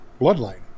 bloodline